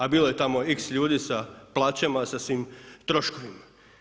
A bilo je tamo x ljudi sa plaćama, sa svim troškovima.